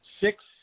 six